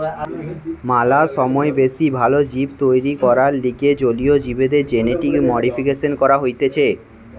ম্যালা সময় বেশি ভাল জীব তৈরী করবার লিগে জলীয় জীবদের জেনেটিক মডিফিকেশন করা হতিছে